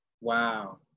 Wow